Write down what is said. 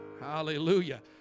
hallelujah